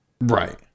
right